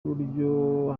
uburyo